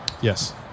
Yes